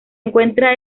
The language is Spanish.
encuentra